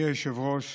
אדוני היושב-ראש,